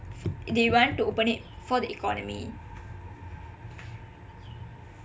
they want to open it for the economy